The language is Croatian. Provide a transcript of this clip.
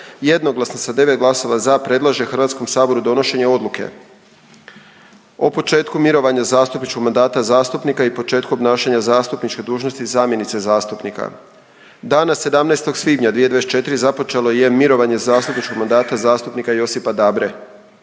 jednoglasno sa 9 glasova za, predlaže Hrvatskom saboru donošenje odluke o početku mirovanja zastupničkog mandata zastupnika i početku obnašanja zastupničke dužnosti zamjenice zastupnika. Dana 17. svibnja 2024. započelo je mirovanje zastupničkog mandata zastupnika Josipa Dabre.